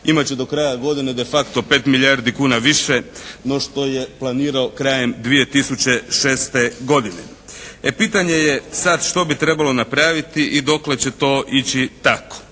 Imat će do kraja godine de facto 5 milijardi kuna više no što je planirao krajem 2006. godine. E, pitanje je sada što bi trebalo napraviti i dokle će to ići tako.